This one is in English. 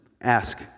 ask